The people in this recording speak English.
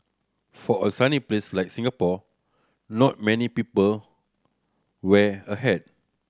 for a sunny place like Singapore not many people wear a hat